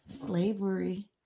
slavery